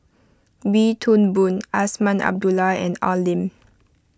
Wee Toon Boon Azman Abdullah and Al Lim